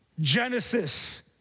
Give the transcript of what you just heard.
Genesis